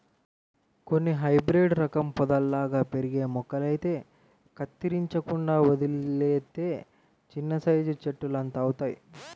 కొన్ని హైబ్రేడు రకం పొదల్లాగా పెరిగే మొక్కలైతే కత్తిరించకుండా వదిలేత్తే చిన్నసైజు చెట్టులంతవుతయ్